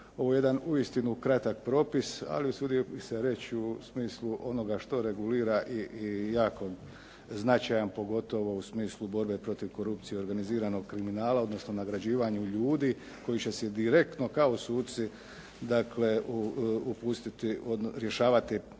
ovo je jedan uistinu kratak propis, ali usudio bih se reći u smislu onoga što regulira i jako značajan pogotovo u smislu borbe protiv korupcije i organiziranog kriminala, odnosno nagrađivanju ljudi koji će se direktno kao suci, dakle rješavati predmete